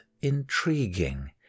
intriguing